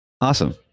Awesome